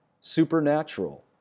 supernatural